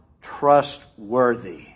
trustworthy